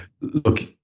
look